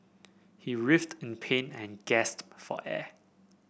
he writhed in pain and gasped for air